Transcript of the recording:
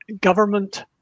government